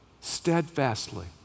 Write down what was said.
steadfastly